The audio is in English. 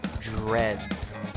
Dreads